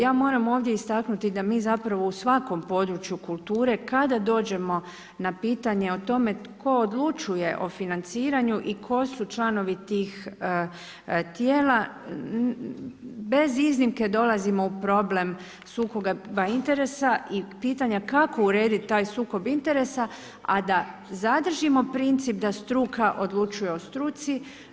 Ja moram ovdje istaknuti da mi u svakom području kulture, kada dođemo na pitanje o tome tko odlučuje o financiranju i tko su članovi tih tijela, bez iznimke dolazimo u problem sukoba interesa i pitanja kako uredit taj sukob interesa, a da zadržimo princip da struka odlučuje o struci.